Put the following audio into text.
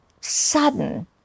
sudden